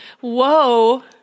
Whoa